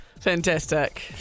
Fantastic